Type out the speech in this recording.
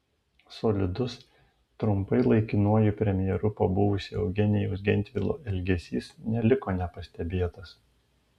solidus trumpai laikinuoju premjeru pabuvusio eugenijaus gentvilo elgesys neliko nepastebėtas